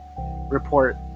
report